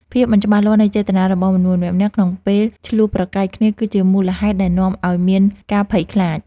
ភាពមិនច្បាស់លាស់នៃចេតនារបស់មនុស្សម្នាក់ៗក្នុងពេលឈ្លោះប្រកែកគ្នាគឺជាមូលហេតុដែលនាំឱ្យមានការភ័យខ្លាច។